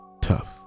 Tough